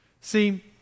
See